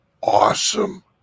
awesome